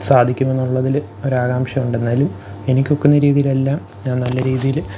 സാധിക്കുമെന്നുള്ളതില് ഒരാകാംക്ഷയുണ്ട് എന്നാലും എനിക്കൊക്കുന്ന രീതിയിലെല്ലാം ഞാൻ നല്ല രീതിയില്